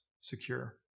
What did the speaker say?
secure